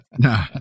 No